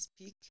speak